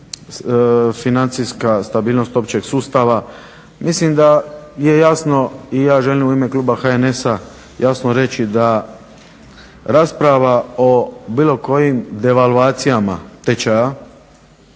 financijska stabilnost općeg sustava? Mislim da je jasno i ja želim u ime kluba HNS-a jasno reći da rasprava o bilo kojim devalvacijama tečaja